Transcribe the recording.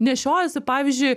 nešiojasi pavyzdžiui